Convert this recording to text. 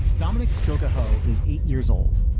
dominic skalkaho is eight years old.